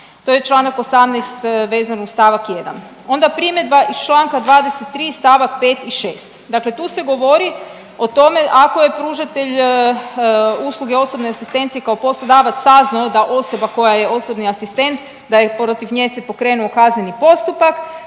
To je članak 18. vezan uz stavak 1. Onda primjedba iz članka 23. stavak 5. i 6. Dakle, tu se govori o tome ako je pružatelj usluge osobne asistencije kao poslodavac saznao da osoba koja je osobni asistent da protiv nje se pokrenuo kazneni postupak,